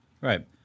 Right